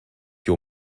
your